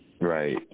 Right